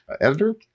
editor